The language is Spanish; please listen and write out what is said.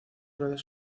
redes